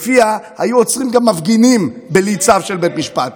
לפיה היו עוצרים גם מפגינים בלי צו של בית משפט.